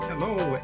Hello